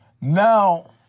Now